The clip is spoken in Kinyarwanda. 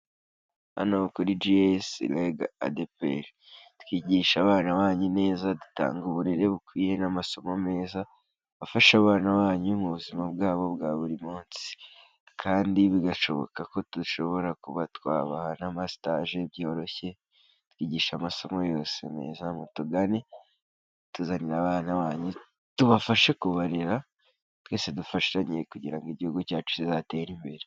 Hano kuri GS lega ADPR twigisha abana banyu neza dutanga uburere bukwiye n'amasomo meza afasha abana banyu mubuzima bwabo bwa buri munsi kandi bigashoboka ko dushobora kuba twabaha n'amastage byoroshye, twigisha amasomo yose meza mutugane mutuzanire abana banyu tubafashe kubarera twese dufashanye kugira ngo igihugu cyacu kizatere imbere.